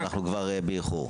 אנחנו כבר באיחור.